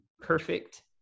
perfect